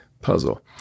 puzzle